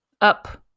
up